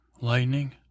lightning